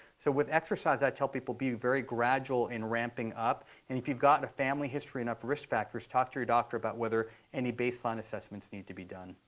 so with exercise, i tell people be very gradual in ramping up. and if you've got a family history and other risk factors, talk to your doctor about whether any baseline assessments need to be done.